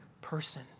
person